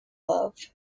love